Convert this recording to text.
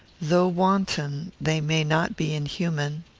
though wanton, they may not be inhuman.